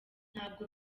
ntabwo